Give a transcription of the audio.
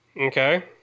Okay